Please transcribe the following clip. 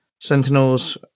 Sentinels